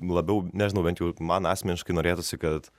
labiau nežinau bent jau man asmeniškai norėtųsi kad